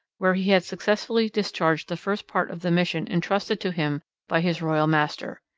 where he had successfully discharged the first part of the mission entrusted to him by his royal master.